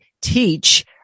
teach